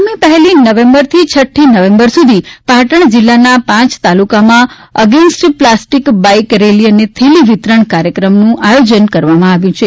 આગામી પહેલી નવેમ્બરથી છઠ્ઠી નવેમ્બર સુધી પાટણ જિલ્લાના પાંચ તાલુકાઓમાં અગેન્સ્ટ પ્લાસ્ટિક બાઇક રેલી અને થેલી વિતરણ કાર્યક્રમનું આયોજન કરવામાં આવ્યુ છે